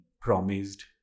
promised